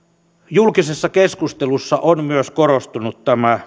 julkisessa keskustelussa on myös korostunut